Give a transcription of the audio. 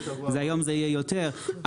היום זה יהיה יותר,